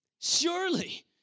Surely